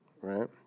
right